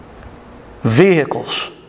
vehicles